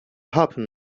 happen